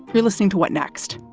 you're listening to what next?